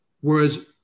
Whereas